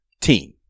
team